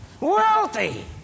wealthy